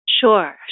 Sure